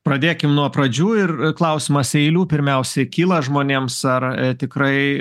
pradėkim nuo pradžių ir klausimas eilių pirmiausiai kyla žmonėms ar tikrai